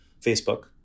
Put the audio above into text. facebook